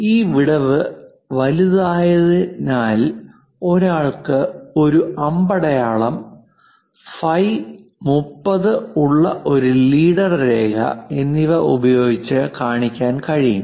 ഈ വിടവ് വലുതായതിനാൽ ഒരാൾക്ക് ഒരു അമ്പടയാളം ഫൈ 30 ഉള്ള ഒരു ലീഡർ രേഖ എന്നിവ ഉപയോഗിച്ച് കാണിക്കാൻ കഴിയും